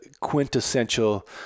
quintessential